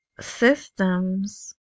systems